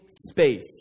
space